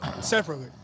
Separately